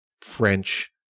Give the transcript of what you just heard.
French